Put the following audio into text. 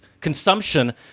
consumption